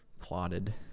Plotted